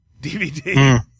DVD